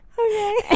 okay